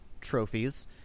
trophies